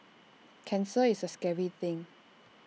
cancer is A scary thing